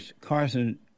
Carson